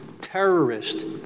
terrorist